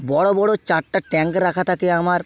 বড়ো বড়ো চারটা ট্যাংক রাখা থাকে আমার